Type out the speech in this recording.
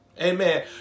Amen